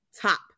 top